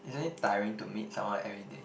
isn't it tiring to meet someone everyday